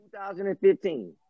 2015